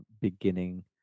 beginning